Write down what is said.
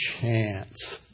chance